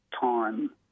time